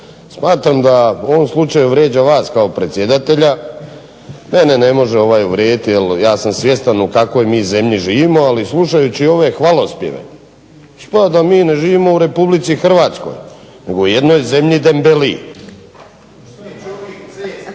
Smatram da u ovom slučaju vrijeđa vas kao predsjedatelja. Mene ne može uvrijediti jer ja sam svjestan u kakvoj zemlji mi živimo, ali slušajući ove hvalospjeve ispada da mi ne živimo u RH nego u jednoj zemlji dembeliji.